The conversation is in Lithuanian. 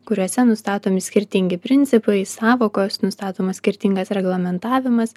kuriuose nustatomi skirtingi principai sąvokos nustatomas skirtingas reglamentavimas